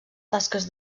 tasques